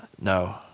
No